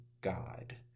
God